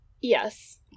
yes